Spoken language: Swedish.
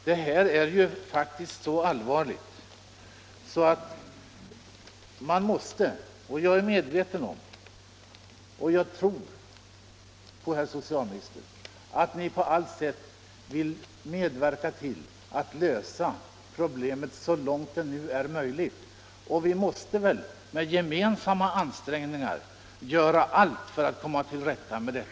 Detta är ett mycket allvarligt problem, och jag tror att socialministern på allt sätt vill medverka till att lösa det så långt det nu är möjligt. Vi måste med gemensamma ansträngningar göra allt för att komma till rätta med problemet.